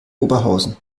oberhausen